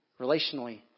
relationally